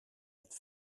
het